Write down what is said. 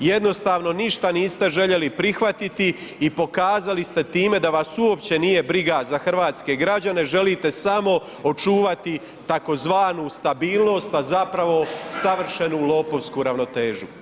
Jednostavno ništa niste željeli prihvatiti i pokazali ste time da vas uopće nije briga za hrvatske građane, želite samo očuvati tzv. stabilnost, a zapravo savršenu lopovsku ravnotežu.